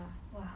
!wah!